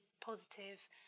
positive